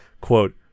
quote